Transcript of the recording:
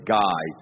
guy